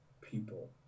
people